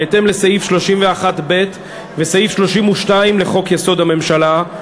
בהתאם לסעיף 31(ב) וסעיף 32 לחוק-יסוד: הממשלה,